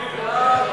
כן.